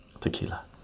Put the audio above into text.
Tequila